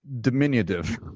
diminutive